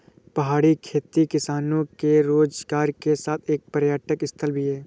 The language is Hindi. पहाड़ी खेती किसानों के रोजगार के साथ एक पर्यटक स्थल भी है